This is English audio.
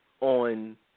on